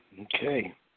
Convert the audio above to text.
Okay